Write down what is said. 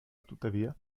tuttavia